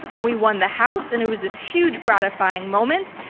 and we won the house, and it was this huge, gratifying moment,